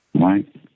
Right